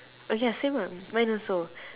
ah yeah same lah mine also